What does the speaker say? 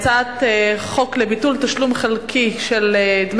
אני קובעת שהצעת חוק ההתייעלות הכלכלית (תיקוני